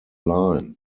line